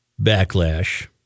backlash